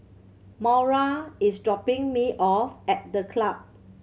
Maura is dropping me off at The Club